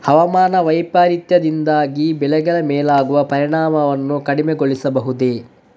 ಹವಾಮಾನ ವೈಪರೀತ್ಯದಿಂದಾಗಿ ಬೆಳೆಗಳ ಮೇಲಾಗುವ ಪರಿಣಾಮವನ್ನು ಕಡಿಮೆಗೊಳಿಸಬಹುದೇ?